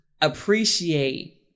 appreciate